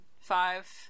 five